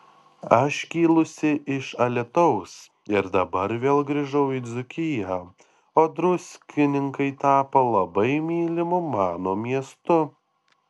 aš kilusi iš alytaus ir dabar vėl grįžau į dzūkiją o druskininkai tapo labai mylimu mano miestu